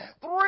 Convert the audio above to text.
Three